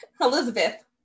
Elizabeth